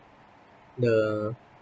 the